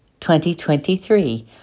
2023